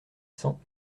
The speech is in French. cent